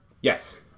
Yes